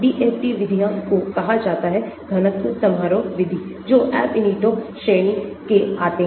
DFT विधियां को कहा जाता है घनत्व समारोह विधि जो Ab initio श्रेणी केआते हैं